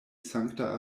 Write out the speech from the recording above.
sankta